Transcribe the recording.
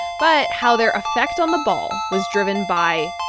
but how their effect on the ball was driven by,